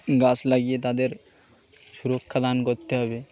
গাছ লাগিয়ে তাদের সুরক্ষা দান করতে হবে